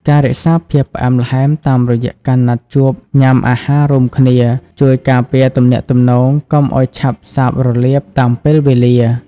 ការរក្សាភាពផ្អែមល្ហែមតាមរយៈការណាត់ជួបញ៉ាំអាហាររួមគ្នា ជួយការពារទំនាក់ទំនងកុំឱ្យឆាប់សាបរលាបតាមពេលវេលា។